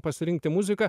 pasirinkti muziką